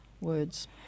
words